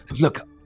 look